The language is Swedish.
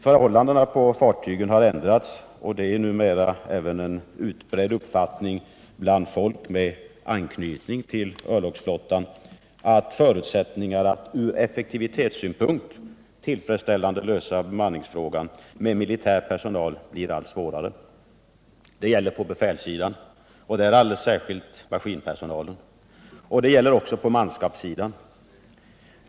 Förhållandena på fartygen har ändrats, och det är numera en utbredd uppfattning bland folk med anknytning till örlogsflottan att förutsättningarna att från effektivitetssynpunkt tillfredsställande lösa bemanningsfrågan med militär personal blir allt mindre. Det gäller på befälssidan och där alldeles särskilt maskinpersonalen. Det gäller också på manskapssidan.